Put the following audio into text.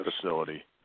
facility